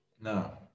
No